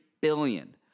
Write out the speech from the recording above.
billion